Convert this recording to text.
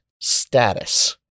status